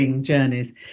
journeys